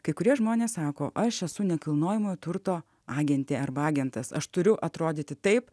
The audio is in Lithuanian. kai kurie žmonės sako aš esu nekilnojamojo turto agentė arba agentas aš turiu atrodyti taip